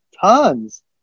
tons